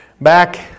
Back